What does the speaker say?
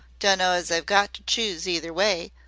dunno as i've got ter choose either way,